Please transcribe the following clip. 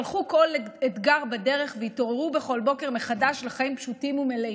צלחו כל אתגר בדרך והתעוררו בכל בוקר מחדש לחיים פשוטים ומלאים,